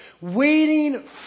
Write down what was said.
waiting